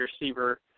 receiver